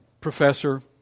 professor